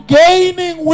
gaining